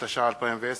התש"ע 2010,